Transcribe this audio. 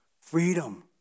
freedom